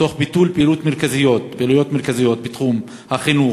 תוך ביטול פעילויות מרכזיות בתחום החינוך,